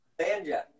Banja